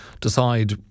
decide